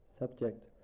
Subject